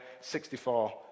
64